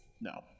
No